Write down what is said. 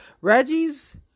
Reggie's